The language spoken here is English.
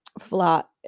flat